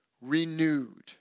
renewed